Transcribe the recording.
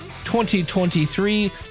2023